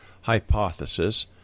hypothesis